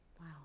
Wow